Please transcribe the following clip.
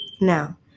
Now